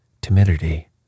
timidity